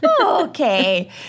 Okay